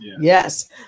Yes